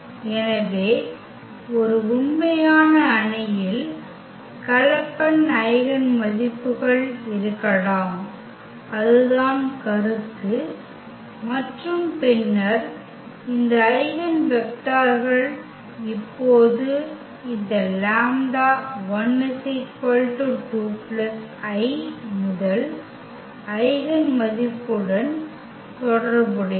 எனவே ஒரு உண்மையான அணியில் கலப்பெண் ஐகென் மதிப்புகள் இருக்கலாம் அதுதான் கருத்து மற்றும் பின்னர் இந்த ஐகென் வெக்டர்கள் இப்போது இந்த λ1 2 i முதல் ஐகென் மதிப்புடன் தொடர்புடையது